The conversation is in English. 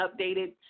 updated